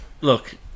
Look